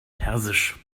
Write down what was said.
persisch